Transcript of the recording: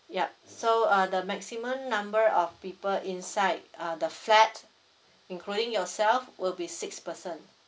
yup so uh the maximum number of people inside uh the flat including yourself will be six person